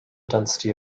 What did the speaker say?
density